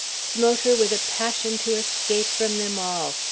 smote her with a passion to escape from them all,